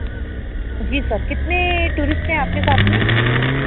जी sir कितने tourist हैं आपके साथ में